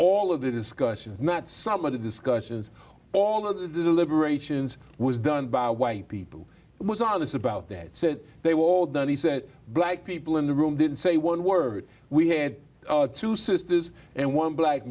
all of the discussions not some of the discussions or all of the liberations was done by white people was all this about that said they were all done he said black people in the room didn't say one word we had two sisters and one black